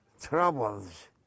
troubles